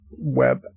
web